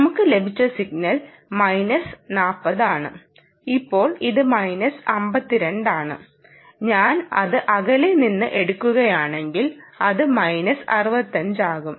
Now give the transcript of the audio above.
നമുക്ക് ലഭിച്ച സിഗ്നൽ 40 ആണ് ഇപ്പോൾ ഇത് 52 ആണ് ഞാൻ അത് അകലെ നിന്ന് എടുക്കുകയാണെങ്കിൽ അത് 65 ആകും